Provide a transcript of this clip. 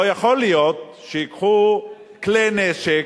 לא יכול להיות שייקחו כלי נשק,